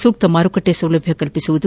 ಸೂಕ್ತ ಮಾರುಕಟ್ಟೆ ಸೌಲಭ್ಯ ಕಲ್ಲಿಸುವುದು